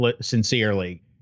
sincerely